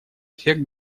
эффект